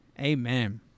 Amen